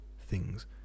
things